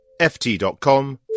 ft.com